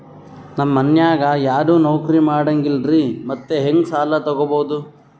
ನಮ್ ಮನ್ಯಾಗ ಯಾರೂ ನೌಕ್ರಿ ಮಾಡಂಗಿಲ್ಲ್ರಿ ಮತ್ತೆಹೆಂಗ ಸಾಲಾ ತೊಗೊಬೌದು?